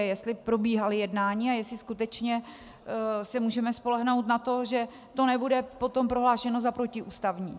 Jestli probíhala jednání a jestli skutečně se můžeme spolehnout na to, že to nebude potom prohlášeno za protiústavní.